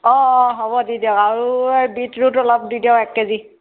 অঁ হ'ব দি দিয়ক আৰু এই বিটৰুট অলপ দি দিয়ক এক কেজি